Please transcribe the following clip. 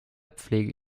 pflege